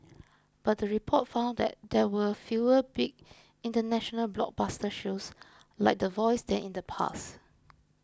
but the report found that there were fewer big international blockbuster shows like the Voice than in the past